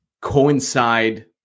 coincide